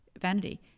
vanity